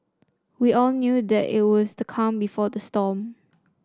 we all knew that it was the calm before the storm